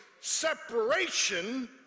separation